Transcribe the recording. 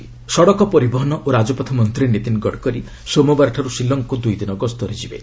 ଗଡ଼୍କରି ଶିଲଂ ସଡ଼କ ପରିବହନ ଓ ରାଜପଥ ମନ୍ତ୍ରୀ ନୀତିନ ଗଡ଼କରୀ ସୋମବାରଠାର୍ ଶିଳଂକୃ ଦୂଇ ଦିନ ଗସ୍ତରେ ଯିବେ